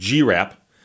GRAP